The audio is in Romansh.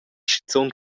schizun